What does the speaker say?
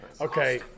Okay